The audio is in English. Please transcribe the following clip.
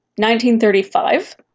1935